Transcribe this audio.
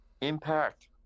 Impact